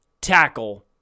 tackle